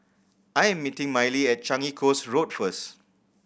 I am meeting Mylee at Changi Coast Road first